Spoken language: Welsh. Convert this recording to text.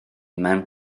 mewn